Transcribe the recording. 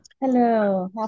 Hello